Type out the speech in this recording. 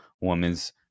woman's